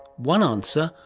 one answer,